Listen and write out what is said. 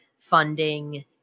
funding